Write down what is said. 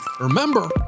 remember